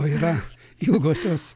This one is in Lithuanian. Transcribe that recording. o yra ilgosios